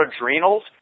adrenals